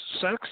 Sex